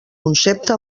concepte